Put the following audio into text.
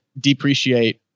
depreciate